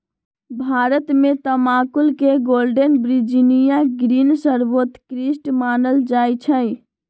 भारत में तमाकुल के गोल्डन वर्जिनियां ग्रीन सर्वोत्कृष्ट मानल जाइ छइ